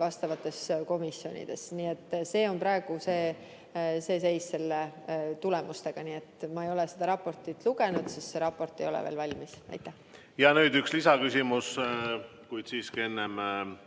vastavates komisjonides. Nii et see on praegune seis nende tulemustega. Ma ei ole seda raportit lugenud, sest see raport ei ole veel valmis. Aitäh selle küsimuse eest! Olen